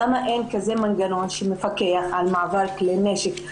למה אין כזה מנגנון שמפקח על מעבר כלי נשק?